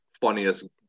funniest